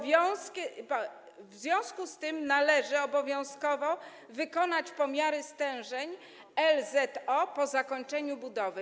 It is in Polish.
W związku z tym należy obowiązkowo wykonać pomiary stężeń LZO po zakończeniu budowy.